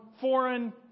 foreign